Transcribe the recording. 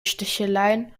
sticheleien